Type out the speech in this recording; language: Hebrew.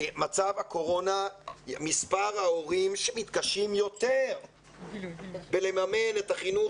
במצב הקורונה מספר ההורים שמתקשים יותר לממן את החינוך